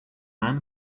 man